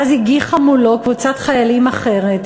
ואז הגיחה מולו קבוצת חיילים אחרת,